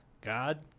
God